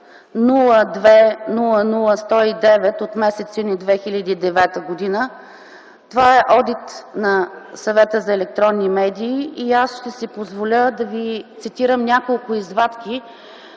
02-00-109 от м. юни 2009 г. Това е одит на Съвета за електронни медии. Аз ще си позволя да ви цитирам няколко извадки,